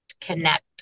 connect